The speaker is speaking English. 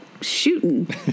shooting